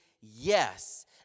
yes